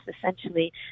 essentially